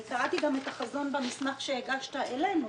אני קראתי גם את החזון במסמך שהגשת אלינו.